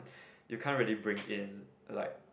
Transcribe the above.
you can't really bring in like